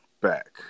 back